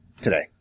today